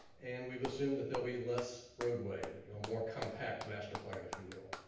and we've assumed that there'll be less roadway, or more compact master plan if you will.